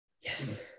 Yes